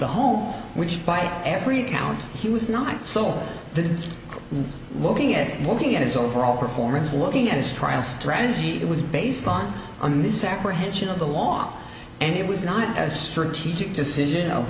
the home which by every count he was not so the looking at looking at his overall performance looking at his trial strategy it was based on a misapprehension of the law and it was not a strategic decision